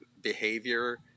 behavior